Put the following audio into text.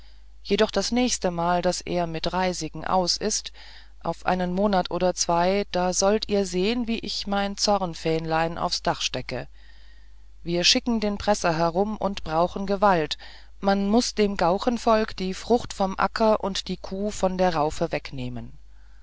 jedoch das nächste mal daß er mit reisigen aus ist auf einen monat oder zwei da sollt ihr sehn wie ich mein zornfähnlein aufs dach stecke wir schicken den presser herum und brauchen gewalt man muß dem gauchenvolk die frucht vom acker und die kuh von der raufe wegnehmen